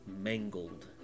mangled